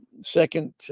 second